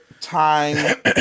time